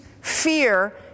fear